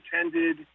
intended